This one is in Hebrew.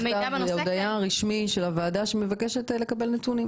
מכתב רשמי שמבקש לקבל נתונים.